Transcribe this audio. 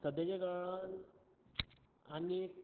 सद्द्याच्या काळान आनीक